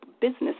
business